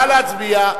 נא להצביע.